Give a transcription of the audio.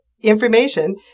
information